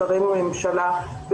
שרי ממשלה,